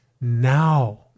now